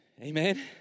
Amen